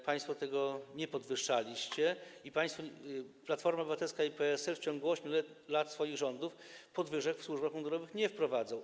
Państwo tego nie podwyższaliście, Platforma Obywatelska i PSL w ciągu 8 lat swoich rządów podwyżek w służbach mundurowych nie wprowadzały.